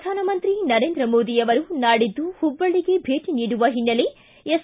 ಪ್ರಧಾನಮಂತ್ರಿ ನರೇಂದ್ರ ಮೋದಿ ಅವರು ನಾಡಿದ್ದು ಹುಬ್ಲಳ್ಳಿಗೆ ಭೇಟಿ ನೀಡುವ ಹಿನ್ನೆಲೆ ಎಸ್